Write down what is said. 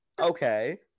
Okay